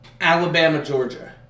Alabama-Georgia